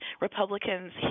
Republicans